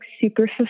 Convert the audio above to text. super